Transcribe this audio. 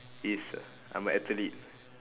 is I'm an athlete